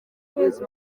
kwezi